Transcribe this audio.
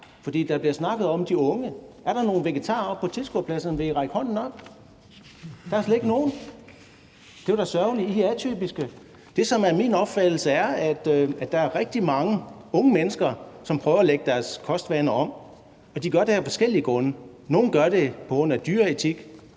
Der bliver snakket om de unge, men er der nogen vegetarer på tilhørerpladserne? Vil I række hånden op? Der er slet ikke nogen. Det var da sørgeligt. I er atypiske. Det, som er min opfattelse, er, at der er rigtig mange unge mennesker, som prøver at lægge deres kostvaner om, og de gør det af forskellige grunde. Nogle gør det på grund af dyreetik,